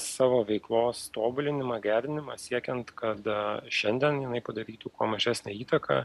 savo veiklos tobulinimą gerinimą siekiant kada šiandien jinai padarytų kuo mažesnę įtaką